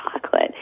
chocolate